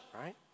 right